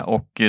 Och